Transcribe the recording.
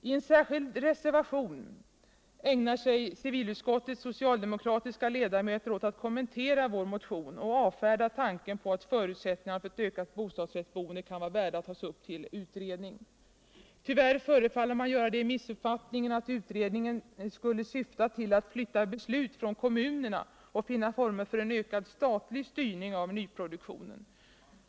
I en särskild reservation ägnar sig civilutskottets socialdemokratiska ledamöter åt att kommentera motionen och avfärda tanken på att förutsättningarna för ett ökat bostadsrättsboende kan vara värda att tas upp till utredning. Tyvärr förefaller man göra det i missuppfattningen att utredningen skulle syfta till att flytta beslut från kommunerna och finna former för en ökad statlig styrning av nyproduktionen.